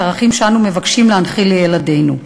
ערכים שאנו מבקשים להנחיל לילדינו.